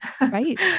Right